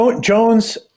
jones